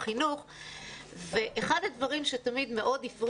אחד הדברים שתמיד מאוד הפריע לי זה הניידות